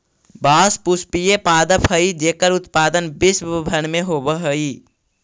बाँस पुष्पीय पादप हइ जेकर उत्पादन विश्व भर में होवऽ हइ